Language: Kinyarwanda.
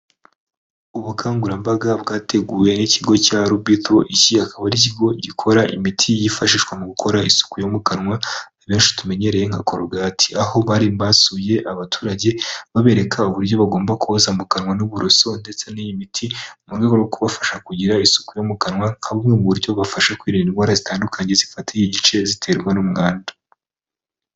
Ubukangurambaga bwateguwe n'ikigo cya robeto akaba ari ikigo gikora imiti yifashishwa mu gukora isuku yo mu kanwa abenshi tumenyereye nka corogti aho bari basuye abaturage babereka uburyo bagomba kuza mukanwa n'uburoso ndetse n'iyi miti mu rwego rwo kubafasha kugira isuku yo mu kanwa ka bumwe mu buryo bufasha kwirinda indwara zitandukanye zifatiye igice ziterwa n'umuumwanda.